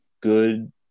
good